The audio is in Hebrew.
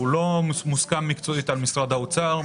אני מציע שלא נצביע על סעיף משרד החינוך